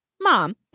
Mom